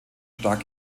stark